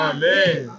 Amen